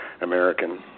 American